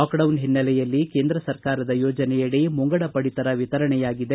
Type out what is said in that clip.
lockdown ಹಿನ್ನೆಲೆಯಲ್ಲಿ ಕೇಂದ್ರ ಸರ್ಕಾರದ ಯೋಜನೆಯಡಿ ಮುಂಗಡ ಪಡಿತರ ವಿತರಣೆಯಾಗಿದೆ